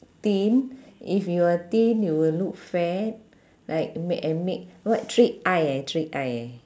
thin if you are thin you will look fat like make and make what trick eye eh trick eye eh